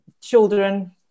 children